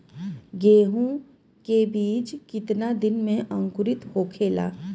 गेहूँ के बिज कितना दिन में अंकुरित होखेला?